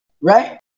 right